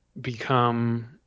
become